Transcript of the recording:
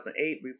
2008